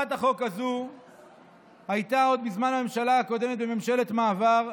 הצעת החוק הזו הייתה עוד בזמן הממשלה הקודמת וממשלת המעבר,